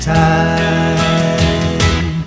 time